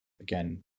again